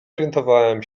orientowałem